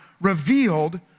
revealed